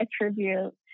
attribute